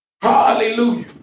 Hallelujah